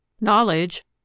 Knowledge